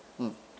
mm